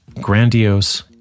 grandiose